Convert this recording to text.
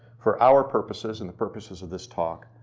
for our purposes and purposes of this talk,